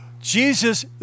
Jesus